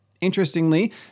Interestingly